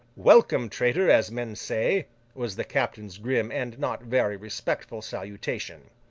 welcome, traitor, as men say was the captain's grim and not very respectful salutation.